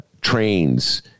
trains